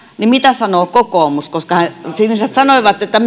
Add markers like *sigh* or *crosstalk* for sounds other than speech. mitä sanoo kokoomus koska siniset sanoivat että *unintelligible*